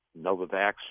Novavax